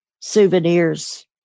souvenirs